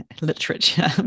literature